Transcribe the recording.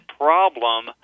problem